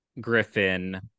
Griffin